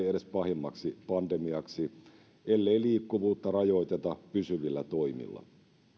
edes pahimmaksi pandemiaksi ellei liikkuvuutta rajoiteta pysyvillä toimilla